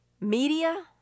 media